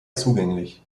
zugänglich